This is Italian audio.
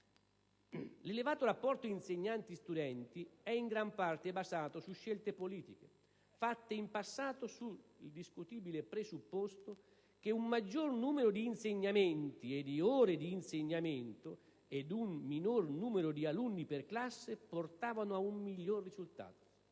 L'elevato rapporto insegnanti-studenti è in gran parte basato su scelte politiche fatte in passato sul discutibile presupposto che un maggior numero di insegnamenti e di ore d'insegnamento insieme ad un minor numero di alunni per classe portassero a un miglior risultato.